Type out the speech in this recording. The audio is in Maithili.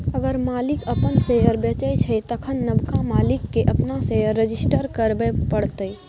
अगर मालिक अपन शेयर बेचै छै तखन नबका मालिक केँ अपन शेयर रजिस्टर करबे परतै